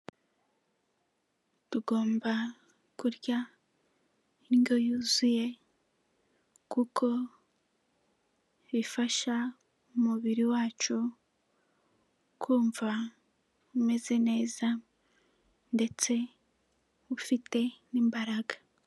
Tugomba kurya indyo yuzuye kuko bifasha umubiri wacu kumva umeze neza ndetse ufite n'imbaraga.